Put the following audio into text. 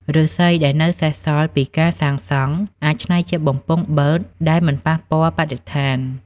ឫស្សីដែលនៅសេសសល់ពីការសាងសង់ អាចច្នៃជាបំពង់បឺតដែលមិនប៉ះពាល់បរិស្ថាន។